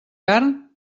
carn